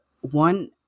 one